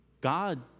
God